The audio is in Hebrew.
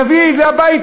הוא מביא את זה הביתה,